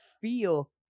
feel